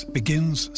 begins